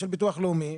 בשביל ביטוח לאומי,